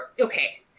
Okay